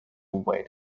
wait